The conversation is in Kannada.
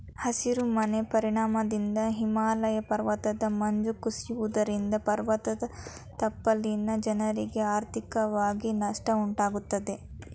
ಹಸಿರು ಮನೆ ಪರಿಣಾಮದಿಂದ ಹಿಮಾಲಯ ಪರ್ವತದ ಮಂಜು ಕುಸಿಯುವುದರಿಂದ ಪರ್ವತದ ತಪ್ಪಲಿನ ಜನರಿಗೆ ಆರ್ಥಿಕವಾಗಿ ನಷ್ಟ ಉಂಟಾಗುತ್ತದೆ